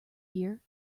year